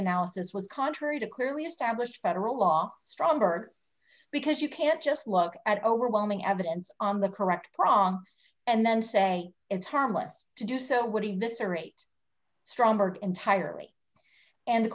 analysis was contrary to clearly established federal law stronger because you can't just look at overwhelming evidence on the correct prong and then say it's harmless to do so would he do this or eight stromberg entirely and the